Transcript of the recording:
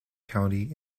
county